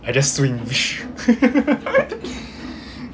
I just swing